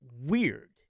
weird